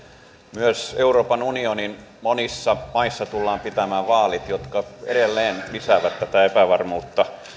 myös euroopan unionin monissa maissa tullaan pitämään vaalit jotka edelleen lisäävät tätä epävarmuutta